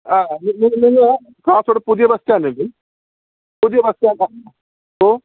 ആ നിങ്ങൾ നിങ്ങൾ കാസർ പുതിയ ബസ് സ്റ്റാൻഡ് ഉണ്ട് പുതിയ ബസ് സ്റ്റാൻഡ് ഓ